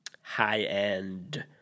high-end